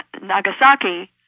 Nagasaki